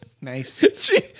Nice